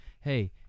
hey